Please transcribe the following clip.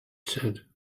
said